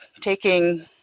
taking